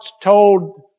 told